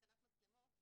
להתקנת מצלמות,